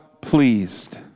pleased